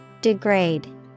Degrade